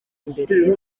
imbere